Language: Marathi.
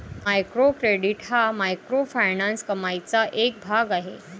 मायक्रो क्रेडिट हा मायक्रोफायनान्स कमाईचा एक भाग आहे